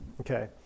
okay